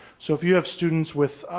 so if you have students with,